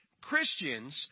Christians